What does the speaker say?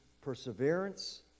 perseverance